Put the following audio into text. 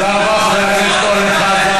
יצא המרצע מן השק.